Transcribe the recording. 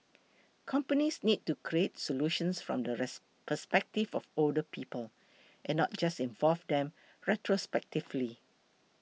companies need to create solutions from the perspective of older people and not just involve them retrospectively